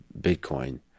Bitcoin